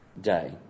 day